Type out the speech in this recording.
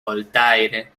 voltaire